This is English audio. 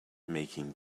making